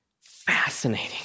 Fascinating